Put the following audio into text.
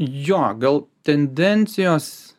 jo gal tendencijos